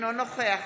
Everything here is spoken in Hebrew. אינו נוכח